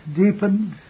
deepened